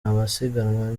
amasiganwa